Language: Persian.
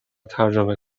ترجمه